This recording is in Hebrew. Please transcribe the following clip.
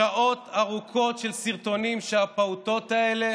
שעות ארוכות של סרטונים שבהם הפעוטות האלה